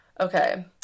okay